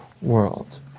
world